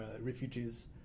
refugees